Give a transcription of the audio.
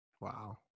Wow